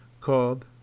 called